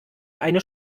eine